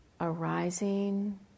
arising